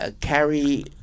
carry